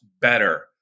better